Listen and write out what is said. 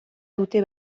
dute